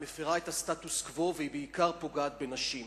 היא מפירה את הסטטוס-קוו, והיא פוגעת בעיקר בנשים.